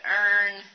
earn